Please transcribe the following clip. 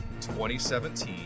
2017